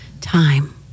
time